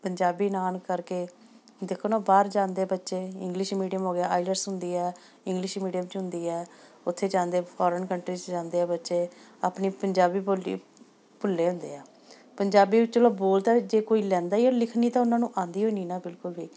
ਪੰਜਾਬੀ ਨਾ ਆਉਣ ਕਰਕੇ ਦੇਖੋ ਨਾ ਬਾਹਰ ਜਾਂਦੇ ਬੱਚੇ ਇੰਗਲਿਸ਼ ਮੀਡੀਅਮ ਹੋ ਗਿਆ ਆਈਲੈਟਸ ਹੁੰਦੀ ਹੈ ਇੰਗਲਿਸ਼ ਮੀਡੀਅਮ 'ਚ ਹੁੰਦੀ ਹੈ ਉੱਥੇ ਜਾਂਦੇ ਫੋਰਨ ਕੰਟਰੀ 'ਚ ਜਾਂਦੇ ਆ ਬੱਚੇ ਆਪਣੀ ਪੰਜਾਬੀ ਬੋਲੀ ਭੁੱਲੇ ਹੁੰਦੇ ਆ ਪੰਜਾਬੀ ਵੀ ਚਲੋ ਬੋਲਦਾ ਜੇ ਕੋਈ ਲੈਂਦਾ ਹੀ ਲਿਖਣੀ ਤਾਂ ਉਹਨਾਂ ਨੂੰ ਆਉਂਦੀ ਹੋਈ ਨਹੀਂ ਨਾ ਬਿਲਕੁਲ ਵੀ